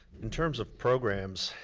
in terms of programs,